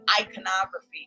iconography